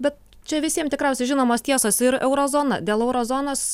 bet čia visiem tikriausiai žinomos tiesos ir euro zona dėl euro zonos